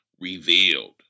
revealed